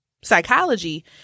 psychology